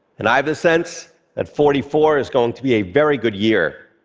and i have the sense that forty four is going to be a very good year,